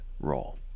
role